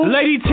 Lady